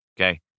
Okay